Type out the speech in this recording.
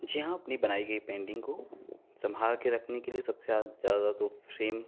जी हाँ अपनी बनाई गई पेन्टिंग को संभाल के रखने के लिए सबसे ज़्यादा तो फ़्रेम